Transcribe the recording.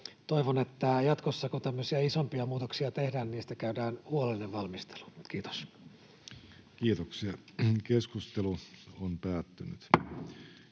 Toivon, että jatkossa, kun tämmöisiä isompia muutoksia tehdään, niistä käydään huolellinen valmistelu. — Kiitos. === STRUCTURED